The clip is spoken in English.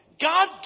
God